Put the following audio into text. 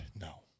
No